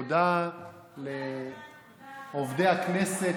תודה לעובדי הכנסת,